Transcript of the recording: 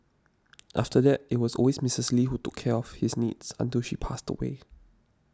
after that it was always Missus Lee who took care of his needs until she passed away